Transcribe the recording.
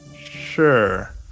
Sure